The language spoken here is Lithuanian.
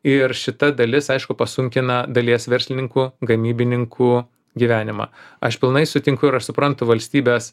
ir šita dalis aišku pasunkina dalies verslininkų gamybininkų gyvenimą aš pilnai sutinku ir aš suprantu valstybės